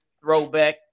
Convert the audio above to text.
throwback